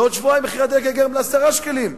ובעוד שבועיים מחיר הדלק יגיע גם ל-10 שקלים,